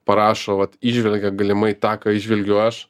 parašo vat įžvelgia galimai tą ką įžvilgiu aš